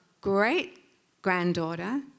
great-granddaughter